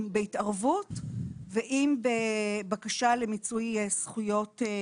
אם בהתערבות, ואם בבקשה למיצוי זכויות.